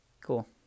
Cool